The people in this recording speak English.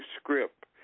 script